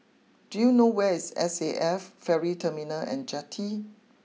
do you know where is S A F Ferry Terminal and Jetty